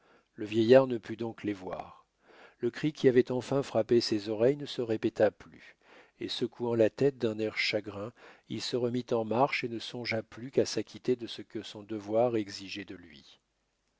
le vieillard ne put donc les voir le cri qui avait enfin frappé ses oreilles ne se répéta plus et secouant la tête d'un air chagrin il se remit en marche et ne songea plus qu'à s'acquitter de ce que son devoir exigeait de lui